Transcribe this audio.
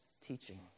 teaching